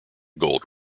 gold